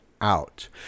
out